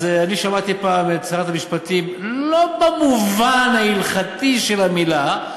אז אני שמעתי פעם את שרת המשפטים: לא במובן ההלכתי של המילה,